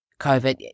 COVID